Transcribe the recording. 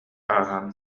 ааһан